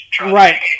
Right